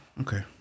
okay